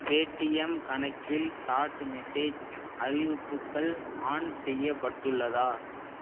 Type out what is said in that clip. Paytm கணக்கில் chat message அறிவிப்புகள் on செய்யப்பட்டுள்ளதா